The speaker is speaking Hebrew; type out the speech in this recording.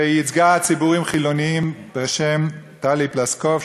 והיא ייצגה ציבורים חילוניים, ושמה טלי פלוסקוב.